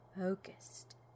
focused